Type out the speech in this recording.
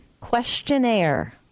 Questionnaire